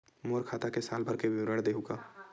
मोर खाता के साल भर के विवरण देहू का?